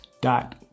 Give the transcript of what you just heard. dot